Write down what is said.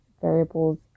variables